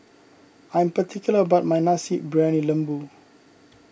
I am particular about my Nasi Briyani Lembu